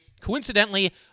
Coincidentally